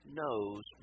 knows